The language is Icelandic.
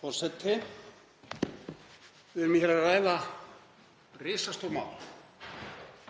Forseti. Við erum að ræða risastór mál,